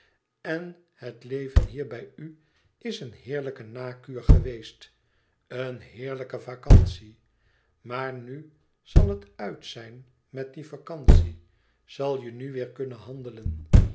en het leven hier bij u is een heerlijke nakuur geweest een heerlijke vacantie maar nu zal het uit zijn met die vacantie zal je nu weêr kunnen handelen